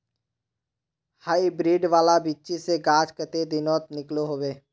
Hybrid वाला बिच्ची से गाछ कते दिनोत निकलो होबे?